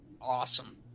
awesome